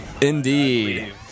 Indeed